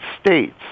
States